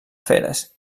feres